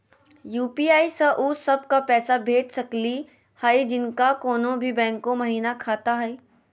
UPI स उ सब क पैसा भेज सकली हई जिनका कोनो भी बैंको महिना खाता हई?